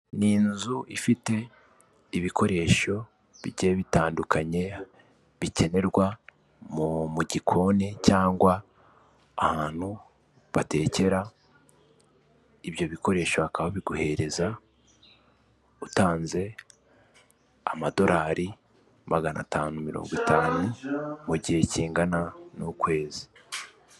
Ni inzu ifite ibikoresho bigiye bitandukanye, bikenerwa mu gikoni cyangwa ahantu batekera, ibyo bikoresho bakabiguhereza utanze amadorari magana atanu mirongo itanu mu gihe kingana n'ukwezi.